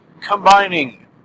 combining